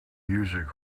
music